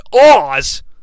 Oz